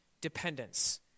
dependence